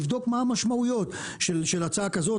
לבדוק מה המשמעויות של ההצעה כזאת,